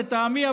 לטעמי,